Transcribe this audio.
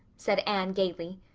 said anne gaily.